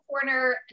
Corner